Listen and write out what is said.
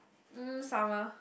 mm summer